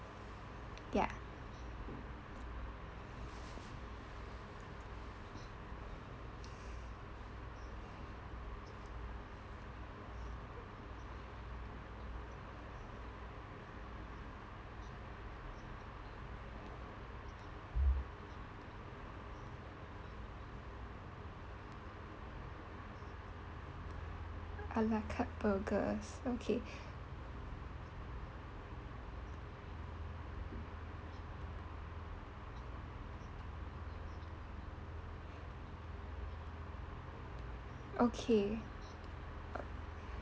ya a la carte burgers okay okay